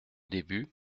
début